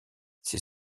ses